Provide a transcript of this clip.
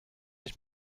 ich